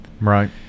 Right